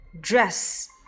Dress